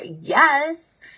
Yes